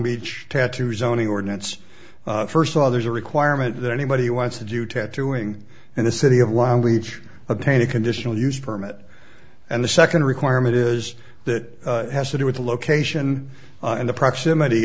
beach tattoo zoning ordinance first saw there's a requirement that anybody who wants to do tattooing in the city have wound leach obtain a conditional used permit and the second requirement is that it has to do with the location and the proximity